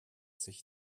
sich